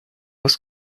was